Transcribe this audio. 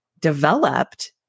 developed